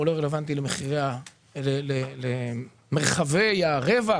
הוא לא רלוונטי למרחבי הרווח,